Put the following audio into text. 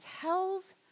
tells